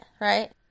right